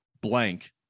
blank